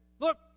Look